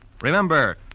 Remember